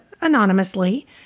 anonymously